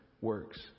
works